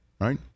right